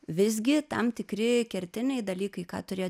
visgi tam tikri kertiniai dalykai ką turėjo